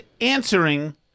answering